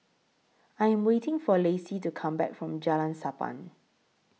I Am waiting For Lacie to Come Back from Jalan Sappan